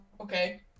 okay